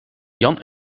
jan